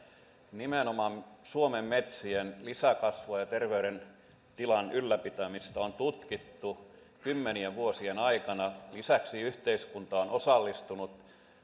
nimenomaan suomen metsien lisäkasvua ja terveydentilan ylläpitämistä on tutkittu kymmenien vuosien aikana lisäksi yhteiskunta on osallistunut